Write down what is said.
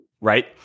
right